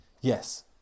yes